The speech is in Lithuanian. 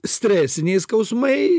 stresiniai skausmai